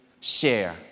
share